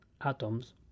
atoms